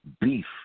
beef